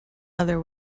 other